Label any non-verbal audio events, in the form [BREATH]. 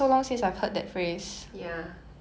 [BREATH] I'm quite hungry now